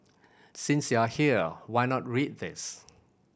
since you are here why not read this